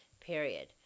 period